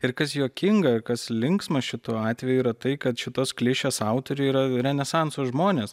ir kas juokinga kas linksma šituo atveju yra tai kad šitos klišės autoriai yra renesanso žmonės